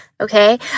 Okay